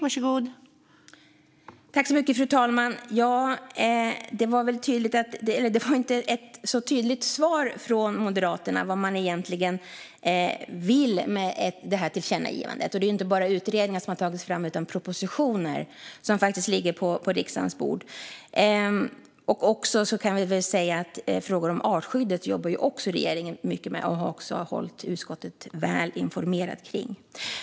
Fru talman! Det var inte ett så tydligt svar från Moderaterna om vad de egentligen vill med detta förslag till tillkännagivande. Och det är inte bara utredningar som har tagits fram utan också propositioner som faktiskt ligger på riksdagens bord. Jag kan också säga att regeringen även jobbar mycket med frågor om artskyddet och har hållit utskottet väl informerat om detta.